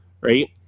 Right